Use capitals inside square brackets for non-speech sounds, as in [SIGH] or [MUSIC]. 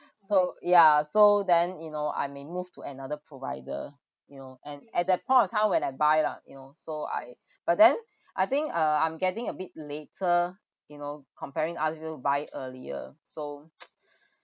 so ya so then you know I may move to another provider you know and at that point of time when I buy lah you know so I but then I think uh I'm getting a bit later you know comparing ask you to buy it earlier so [NOISE]